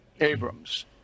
Abrams